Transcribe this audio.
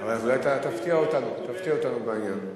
אבל תפתיע אותנו, תפתיע אותנו בעניין.